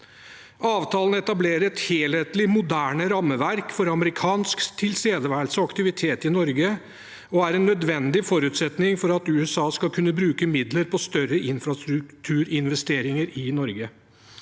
Avtalen etablerer et helhetlig, moderne rammeverk for amerikansk tilstedeværelse og aktivitet i Norge og er en nødvendig forutsetning for at USA skal kunne bruke midler på større infrastrukturinvesteringer i Norge.